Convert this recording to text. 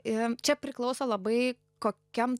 im čia priklauso labai kokiam